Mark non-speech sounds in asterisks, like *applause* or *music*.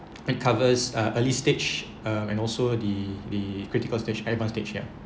*noise* covers uh early stage uh and also the the critical stage advance stage ya